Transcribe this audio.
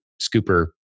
scooper